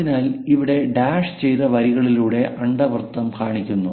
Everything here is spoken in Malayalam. അതിനാൽ ഇവിടെ ഡാഷ് ചെയ്ത വരികളിലൂടെ അണ്ഡവൃത്തം കാണിക്കുന്നു